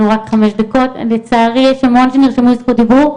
יש המון שביקשו זכות דיבור,